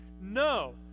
No